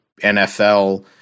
NFL